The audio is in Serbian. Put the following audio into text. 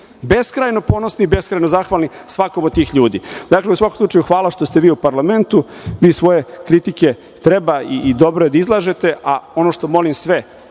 beskrajno ponosni i beskrajno zahvalni svakom od tih ljudi. Dakle, u svakom slučaju hvala što ste vi u parlamentu. Vi svoje kritike treba i dobro je da izlažete. A, ono što molim sve,